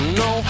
no